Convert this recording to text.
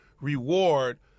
reward